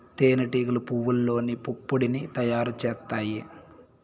తేనె టీగలు పువ్వల్లోని పుప్పొడిని తయారు చేత్తాయి